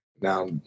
Now